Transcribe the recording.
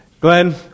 Glenn